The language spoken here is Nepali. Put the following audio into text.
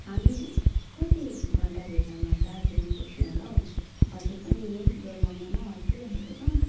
हामी कति घन्टाभित्रमा दार्जिलिङ पुग्छौँ होला हौ अझै पनि यहीँ जोरबोङलोमा अड्किराखेको छौँ